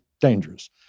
dangerous